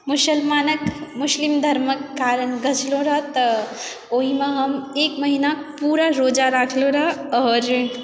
मुसलमानक मुस्लिम धर्मक कारण गछलहुँ रहऽ तऽ ओहिमे हम एक महिना पूरा रोजा राखलहुँ रहऽ आओर